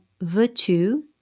veux-tu